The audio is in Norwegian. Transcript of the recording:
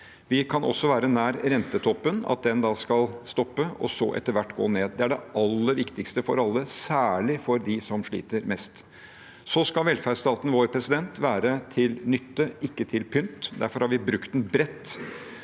Vi kan også være nær rentetoppen, at renteøkningene skal stoppe og så etter hvert gå ned. Det er det aller viktigste for alle, særlig for dem som sliter mest. Så skal velferdsstaten vår være til nytte, ikke til pynt. Derfor har vi brukt den bredt.